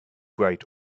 bright